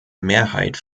mehrheit